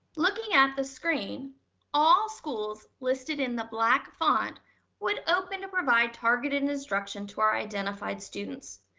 looking at the screen all schools listed in the black font would open to provide targeted and instruction to our identified students.